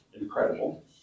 incredible